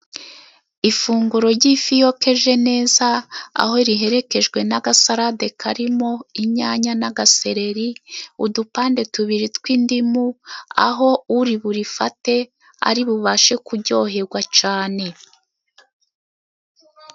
Ifunguro ry'ifi yokeje neza aho riherekejwe n'agasalade karimo inyanya n'agasereri, udupande tubiri tw'indimu, aho uri burifate ari bubashe kuryoherwa cyane.